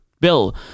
Bill